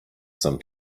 some